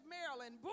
Maryland